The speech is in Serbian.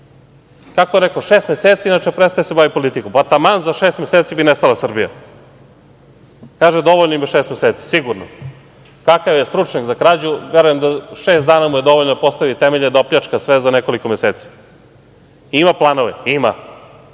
Kako je rekao – šest meseci, inače prestaje da se bavi politikom. Pa, taman za šest meseci bi nestala Srbija. Kaže dovoljno im je šest meseci. Sigurno, kakav je stručnjak za krađu, verujem da mu je šest dana dovoljno da postavi temelje i da opljačka sve za nekoliko meseci. Ima planove, ima,